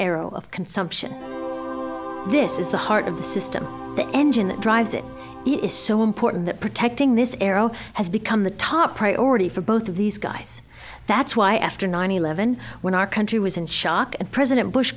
arrow of consumption this is the heart of the system the engine that drives it is so important that protecting this arrow has become the top priority for both of these guys that's why after nine eleven when our country was in shock and president bush